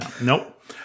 Nope